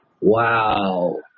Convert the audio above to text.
Wow